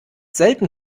selten